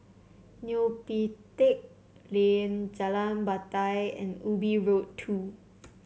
Neo Pee Teck Lane Jalan Batai and Ubi Road Two